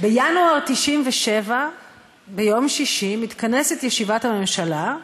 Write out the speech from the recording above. בינואר 1997 ביום שישי מתכנסת ישיבת הממשלה,